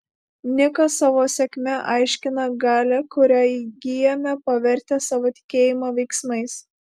nikas savo sėkmę aiškina galia kurią įgyjame pavertę savo tikėjimą veiksmais